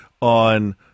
on